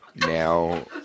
Now